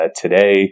today